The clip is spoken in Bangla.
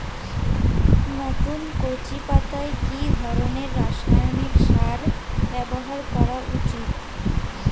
নতুন কচি পাতায় কি ধরণের রাসায়নিক সার ব্যবহার করা উচিৎ?